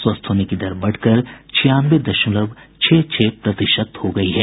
स्वस्थ होने की दर बढकर छियानवे दशमलव छह छह प्रतिशत हो गई है